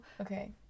Okay